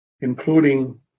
including